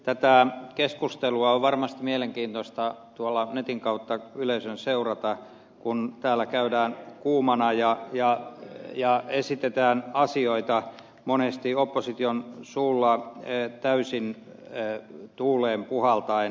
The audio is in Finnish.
tätä keskustelua on varmasti mielenkiintoista netin kautta yleisön seurata kun täällä käydään kuumana ja esitetään asioita monesti opposition suulla täysin tuuleen puhaltaen